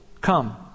come